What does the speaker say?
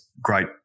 great